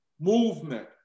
movement